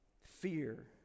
fear